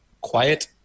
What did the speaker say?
Quiet